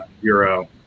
Bureau